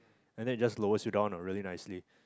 and then just lowers you down uh really nicely